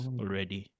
already